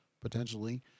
potentially